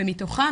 ומתוכם,